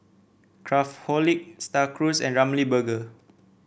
Craftholic Star Cruise and Ramly Burger